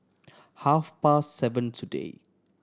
half past seven today